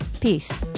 Peace